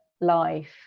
life